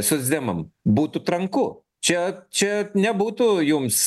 socdemam būtų tranku čia čia nebūtų jums